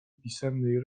pisemnej